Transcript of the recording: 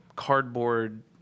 cardboard